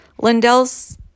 Lindell's